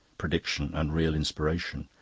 prediction, and real inspiration,